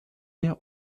der